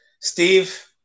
Steve